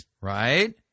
Right